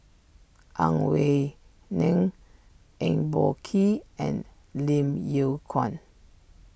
Ang Wei Neng Eng Boh Kee and Lim Yew Kuan